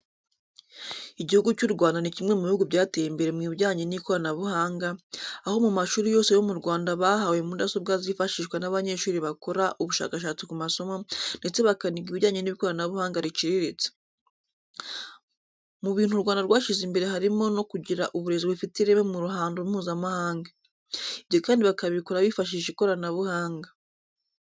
Igihugu cy'u Rwanda ni kimwe mu bihugu byateye imbere mu bijyanye n'ikoranabuhanga, aho mu mashuri yose yo mu Rwanda bahawe mudasobwa zifashishwa n'abanyeshuri bakora ubushakashatsi ku masomo ndetse bakaniga ibijyanye n'ikoranabuhanga riciriritse. Mu bintu u Rwanda rwashyize imbere harimo no kugira uburezi bufite ireme mu ruhando Mpuzamahanga. Ibyo kandi bakabikora bifashishije ikoranabuhanga.